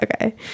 okay